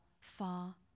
far